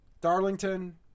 Darlington